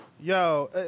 yo